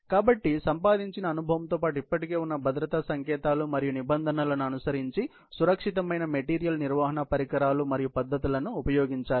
కాబట్టి సంపాదించిన అనుభవంతో పాటు ఇప్పటికే ఉన్న భద్రతా సంకేతాలు మరియు నిబంధనలను అనుసరించి సురక్షితమైన మెటీరియల్ నిర్వహణ పరికరాలు మరియు పద్ధతులను ఉపయోగించాలి